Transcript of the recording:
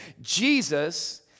Jesus